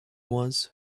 was